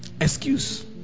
Excuse